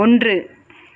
ஒன்று